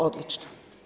Odlična.